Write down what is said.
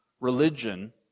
religion